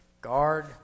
guard